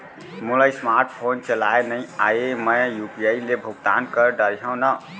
मोला smart phone चलाए नई आए मैं यू.पी.आई ले भुगतान कर डरिहंव न?